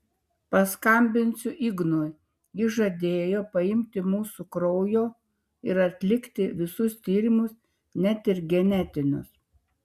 paskambinsiu ignui jis žadėjo paimti mūsų kraujo ir atlikti visus tyrimus net ir genetinius